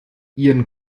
ihren